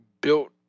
built